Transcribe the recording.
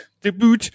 Debut